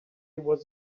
was